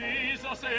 Jesus